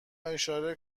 اشاره